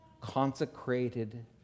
consecrated